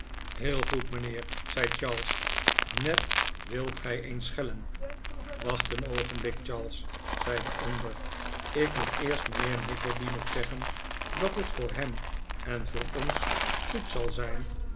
heel goed mijnheer zei charles ned wilt gij eens schellen wacht een oogenblik charles zei de ander ik moet eerst mijnheer nickleby nog zeggen dat het voor hem en voor ons goed zal zijn